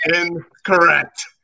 incorrect